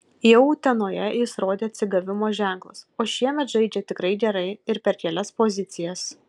jau utenoje jis rodė atsigavimo ženklus o šiemet žaidžia tikrai gerai ir per kelias pozicijas